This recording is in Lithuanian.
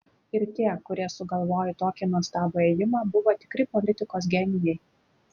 ir tie kurie sugalvojo tokį nuostabų ėjimą buvo tikri politikos genijai